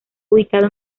ubicado